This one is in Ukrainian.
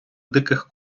диких